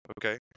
okay